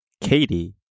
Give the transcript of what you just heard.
Katie